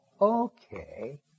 Okay